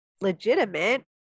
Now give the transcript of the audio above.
legitimate